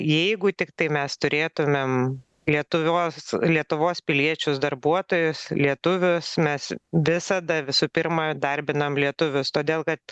jeigu tiktai mes turėtumėm lietuvios lietuvos piliečius darbuotojus lietuvius mes visada visų pirma darbinam lietuvius todėl kad